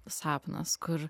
sapnas kur